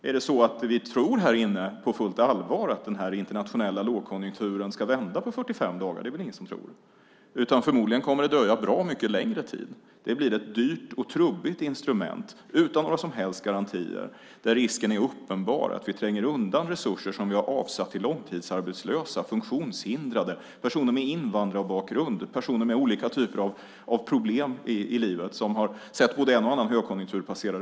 Finns det någon som på fullt allvar tror att den internationella lågkonjunkturen ska vända på 45 dagar? Nej, det är det ingen som tror. Förmodligen kommer det att dröja bra mycket längre. Det blir ett dyrt och trubbigt instrument utan några som helst garantier. Risken är uppenbar att vi tränger undan resurser som vi avsatt för långtidsarbetslösa, funktionshindrade, personer med invandrarbakgrund, personer med olika typer av problem i livet som sett både en och annan högkonjunktur passera.